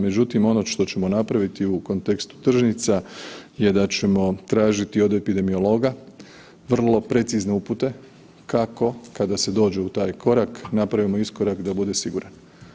Međutim, ono što ćemo napraviti u kontekstu tržnica je da ćemo tražiti od epidemiologa vrlo precizne upute kako kada se dođe u taj korak napravimo iskorak da bude siguran.